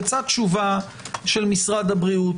יצאה תשובה של משרד הבריאות.